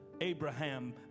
Abraham